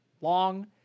long